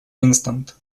instant